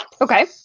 Okay